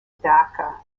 dhaka